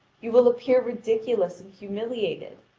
you will appear ridiculous and humiliated.